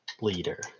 leader